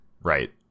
right